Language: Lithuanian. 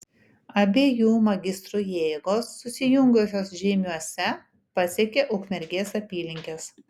abiejų magistrų jėgos susijungusios žeimiuose pasiekė ukmergės apylinkes